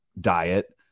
diet